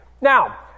Now